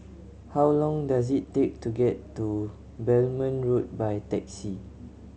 how long does it take to get to Belmont Road by taxi